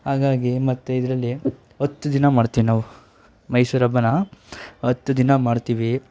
ಹಾಗಾಗಿ ಮತ್ತು ಇದರಲ್ಲಿ ಹತ್ತು ದಿನ ಮಾಡ್ತೀವಿ ನಾವು ಮೈಸೂರು ಹಬ್ಬವನ್ನ ಹತ್ತು ದಿನ ಮಾಡ್ತೀವಿ